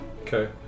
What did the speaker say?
Okay